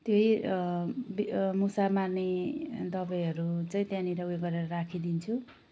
त्यही बि मुसा मार्ने दबाईहरू चाहिँ त्यहाँनिर उयो गरेर राखिदिन्छु